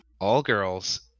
All-girls